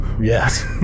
Yes